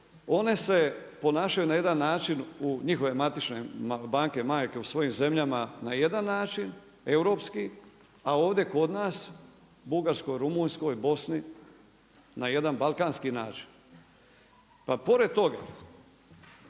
One se ponašaju na jedan način, njihove matične banke majke u svojim zemljama na jedan način europski, a ovdje kod nas Bugarskoj, Rumunjskoj, Bosni na jedan balkanski način. Pa pored toga